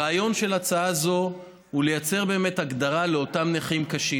הרעיון של ההצעה הזו הוא לייצר באמת הגדרה לאותם נכים קשים,